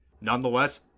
Nonetheless